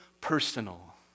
personal